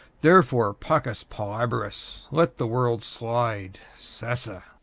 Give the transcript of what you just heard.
therefore, paucas pallabris let the world slide. sessa!